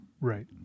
Right